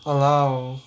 !walao!